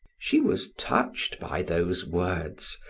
she was touched by those words,